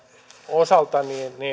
osalta